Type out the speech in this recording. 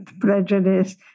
prejudice